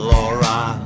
Laura